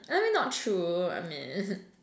I mean not true I mean